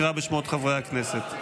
קרא בשמות חברי הכנסת.